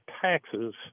taxes